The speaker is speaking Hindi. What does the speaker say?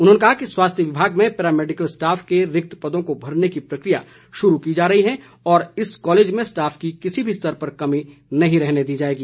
उन्होंने कहा कि स्वास्थ्य विभाग में पैरामेडिकल स्टॉफ के रिक्त पदों को भरने की प्रकिया शुरू की जा रही है और इस कॉलेज में स्टॉफ की किसी भी स्तर पर कमी नहीं रहने दी जाएगी